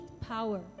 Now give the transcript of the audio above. power